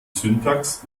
syntax